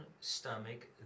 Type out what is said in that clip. stomach